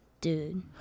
Dude